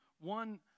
one